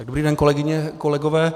Dobrý den, kolegyně, kolegové.